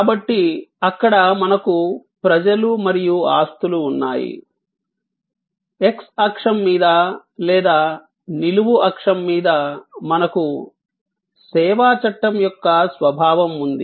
కాబట్టి అక్కడ మనకు ప్రజలు మరియు ఆస్తులు ఉన్నాయి x అక్షం మీద లేదా నిలువు అక్షం మీద మనకు సేవా చట్టం యొక్క స్వభావం ఉంది